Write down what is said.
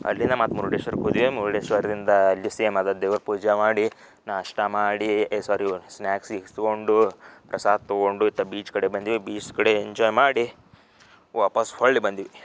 ಅಲ್ಲಿಂದ ಮತ್ತೆ ಮುರ್ಡೇಶ್ವರಕ್ಕೆ ಹೋದೆ ಮುರುಡೇಶ್ವರದಿಂದ ಅಲ್ಲಿ ಸೇಮ್ ಅದ ದೇವ್ರ ಪೂಜಾ ಮಾಡಿ ನಾಷ್ಟ ಮಾಡಿ ಸೋರಿ ಸ್ನ್ಯಾಕ್ಸ್ ಗೀಕ್ಸ್ ತಗೊಂಡೂ ಪ್ರಸಾದ ತಗೊಂಡೂ ಅತ್ತ ಬೀಚ್ ಕಡೆ ಬಂದ್ವಿ ಬೀಚ್ ಕಡೆ ಎಂಜಾಯ್ ಮಾಡಿ ವಾಪಾಸ್ಸು ಹೊಳ್ಳಿ ಬಂದ್ವಿ